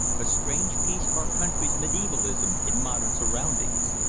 a strange piece of our country's medievalism in modern surroundings.